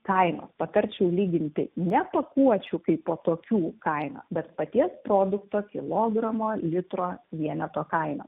kainos patarčiau lyginti ne pakuočių kaipo tokių kainą bet paties produkto kilogramo litro vieneto kainą